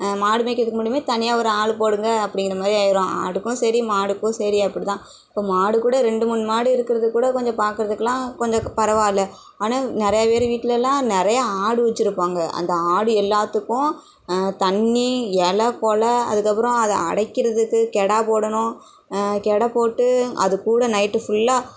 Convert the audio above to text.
மாடு மேய்க்கிறதுக்கு மட்டுமே தனியாக ஒரு ஆள் போடுங்கள் அப்படிங்கிறமாரி ஆயிடும் ஆடுக்கும் சரி மாடுக்கும் சரி அப்படிதான் இப்போ மாடு கூட ரெண்டு மூணு மாடு இருக்கிறது கூட கொஞ்சம் பார்க்குறதுக்குலாம் கொஞ்சம் பரவாயில்லை ஆனால் நிறைய பேர் வீட்டிலலாம் நிறைய ஆடு வச்சிருப்பாங்கள் அந்த ஆடு எல்லாத்துக்கும் தண்ணி இல குல அதுக்கப்புறம் அதை அடைக்கிறதுக்கு கிடா போடணும் கிட போட்டு அது கூட நைட்டு ஃபுல்லா